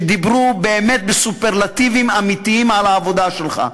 ודיברו באמת בסופרלטיבים אמיתיים על העבודה שלך.